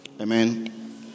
amen